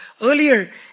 Earlier